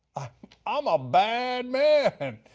um ah bad man.